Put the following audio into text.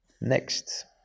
Next